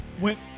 went